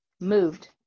moved